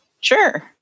Sure